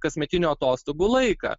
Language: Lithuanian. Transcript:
kasmetinių atostogų laiką